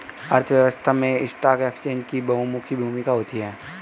अर्थव्यवस्था में stock exchange की बहुमुखी भूमिका होती है